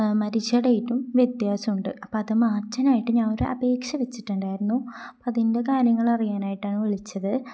മരിച്ച ടേറ്റും വ്യത്യാസമുണ്ട് അപ്പം അത് മാർജിനായിട്ട് ഞാൻ ഒരപേക്ഷ വെച്ചിട്ടുണ്ടായിരുന്നു അപ്പം അതിൻ്റെ കാര്യങ്ങൾ അറിയാനായിട്ടാണ് വിളിച്ചത്